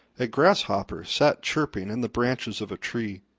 a grasshopper sat chirping in the branches of a tree.